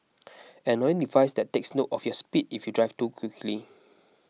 an annoying device that takes note of your speed if you drive too quickly